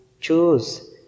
choose